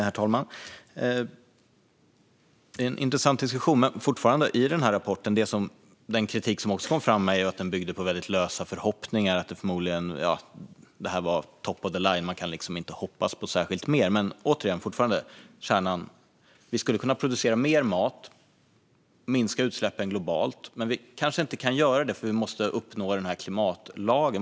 Herr talman! Det är en intressant diskussion. Men en kritik som också kom fram mot rapporten var att den bygger på väldigt lösa förhoppningar, att det här är top of the line och att man inte kan hoppas på särskilt mycket mer. Återigen till kärnan: Vi skulle kunna producera mer mat och minska utsläppen globalt. Men vi kanske inte kan göra det, för vi måste följa klimatlagen.